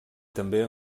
també